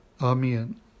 Amen